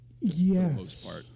Yes